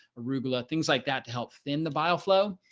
rubella, things like that help thin the bile flow.